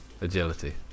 Agility